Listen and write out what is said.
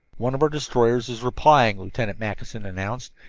one of our destroyers is replying, lieutenant mackinson announced,